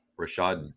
Rashad